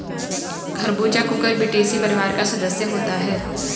खरबूजा कुकुरबिटेसी परिवार का सदस्य होता है